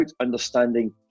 understanding